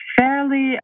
fairly